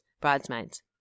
Bridesmaids